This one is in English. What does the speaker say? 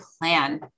plan